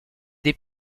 des